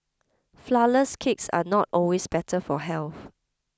Flourless Cakes are not always better for health